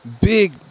big